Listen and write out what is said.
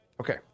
Okay